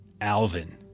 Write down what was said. Alvin